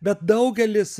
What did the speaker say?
bet daugelis